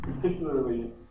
particularly